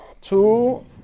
Two